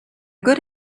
good